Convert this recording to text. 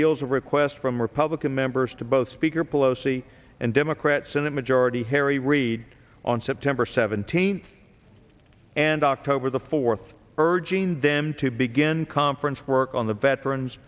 heels of requests from republican members to both speaker pelosi and democrat senate majority harry reid on september seventeenth and october the fourth urging them to begin conference work on the veterans